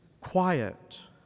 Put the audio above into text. quiet